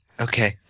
Okay